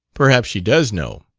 perhaps she does know.